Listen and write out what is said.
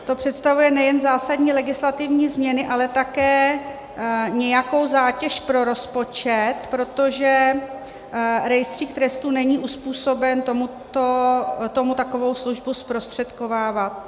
To představuje nejen zásadní legislativní změny, ale také nějakou zátěž pro rozpočet, protože rejstřík trestů není uzpůsoben tomu takovou službu zprostředkovávat.